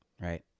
right